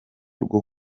rwo